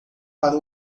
para